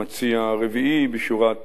המציע הרביעי בשורת